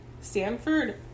Stanford